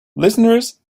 listeners